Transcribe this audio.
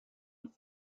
with